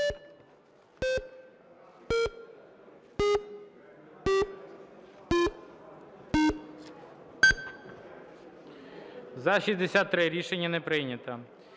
За-66 Рішення не прийнято.